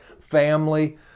family